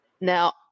now